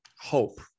Hope